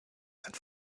sind